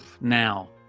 Now